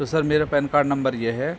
تو سر میرا PAN card number یہ ہے